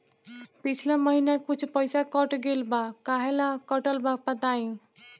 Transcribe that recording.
पिछला महीना कुछ पइसा कट गेल बा कहेला कटल बा बताईं?